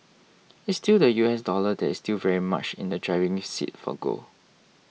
it's still the US dollar that is still very much in the driving seat for gold